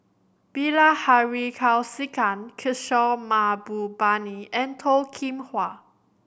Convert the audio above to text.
Bilahari Kausikan Kishore Mahbubani and Toh Kim Hwa